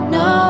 no